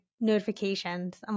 notifications